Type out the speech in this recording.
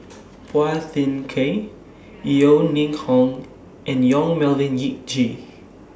Phua Thin Kiay Yeo Ning Hong and Yong Melvin Yik Chye